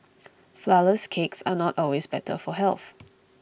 Flourless Cakes are not always better for health